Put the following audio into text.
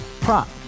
Prop